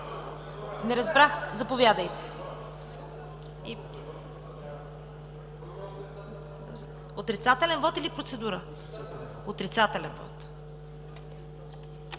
дейност. Заповядайте. Отрицателен вот или процедура? Отрицателен вот.